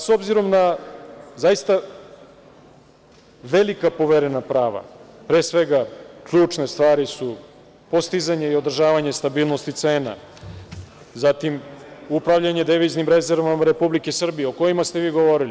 S obzirom na, zaista velika poverena prava, pre svega, ključne stvari su postizanje i održavanje stabilnosti cena, zatim upravljanje deviznim rezervama Republike Srbije o kojima ste vi govorili.